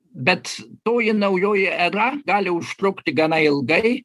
bet toji naujoji era gali užtrukti gana ilgai